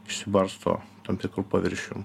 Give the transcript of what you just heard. išsibarsto tam tikrų paviršių